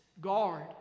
Guard